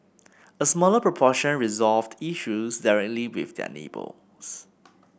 a smaller proportion resolved issues directly with their neighbours